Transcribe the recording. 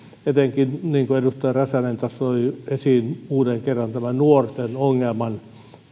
etenkin niin kuin edustaja räsänen toi esiin taas kerran tässä nuorten ongelmassa